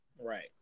Right